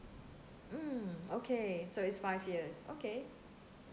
mm okay so it's five years okay